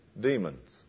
Demons